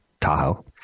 Tahoe